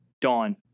Dawn